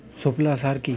সুফলা সার কি?